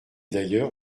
d’ailleurs